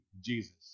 Jesus